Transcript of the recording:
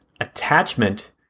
attachment